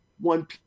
One